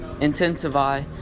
intensify